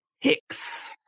Hicks